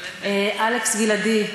אלכס גלעדי,